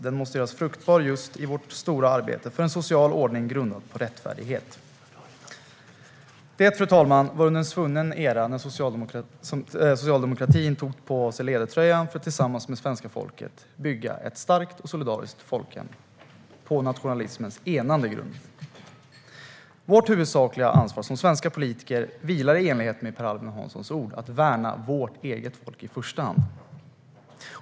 Den måste göras fruktbar just i vårt stora arbete för en social ordning grundad på rättfärdighet. Det, fru talman, sas under en svunnen era, då socialdemokratin tog på sig ledartröjan för att tillsammans med svenska folket bygga ett starkt och solidariskt folkhem på nationalismens enande grund. Vårt huvudsakliga ansvar som svenska politiker är, i enlighet med Per Albin Hanssons ord, att värna vårt eget folk i första hand.